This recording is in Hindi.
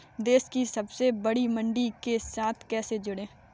देश की सबसे बड़ी मंडी के साथ कैसे जुड़ें?